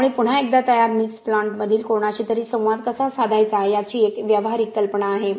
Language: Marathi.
त्यामुळे पुन्हा एकदा तयार मिक्स प्लांटमधील कोणाशी तरी संवाद कसा साधायचा याची एक व्यावहारिक कल्पना आहे